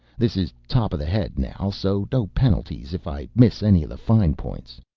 this is top of the head now, so no penalties if i miss any of the fine points.